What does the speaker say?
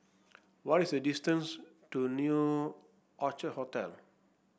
what is the distance to New Orchid Hotel